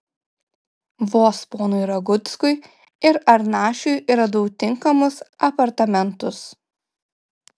vos ponui raguckui ir arnašiui radau tinkamus apartamentus